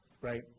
Right